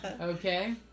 Okay